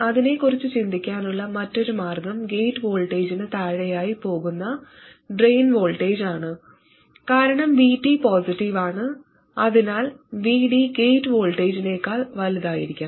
അതിനെക്കുറിച്ച് ചിന്തിക്കാനുള്ള മറ്റൊരു മാർഗം ഗേറ്റ് വോൾട്ടേജിന് താഴെയായി പോകുന്ന ഡ്രെയിൻ വോൾട്ടേജാണ് കാരണം VT പോസിറ്റീവ് ആണ് അതിനാൽ VD ഗേറ്റ് വോൾട്ടേജിനേക്കാൾ വലുതായിരിക്കണം